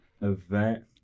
event